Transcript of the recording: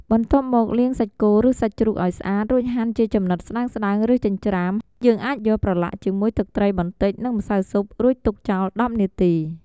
បន្ទាប់មកលាងសាច់គោឬសាច់ជ្រូកឱ្យស្អាត រួចហាន់ជាចំណិតស្ដើងៗឬចិញ្ច្រាំ យើងអាចយកប្រឡាក់ជាមួយទឹកត្រីបន្តិចនិងម្សៅស៊ុប រួចទុកចោល ១០ នាទី។